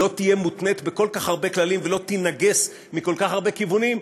לא יהיו מותנים בכל כך הרבה כללים ולא יינגסו מכל כך הרבה כיוונים,